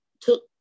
took